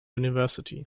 university